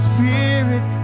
Spirit